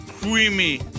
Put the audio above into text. creamy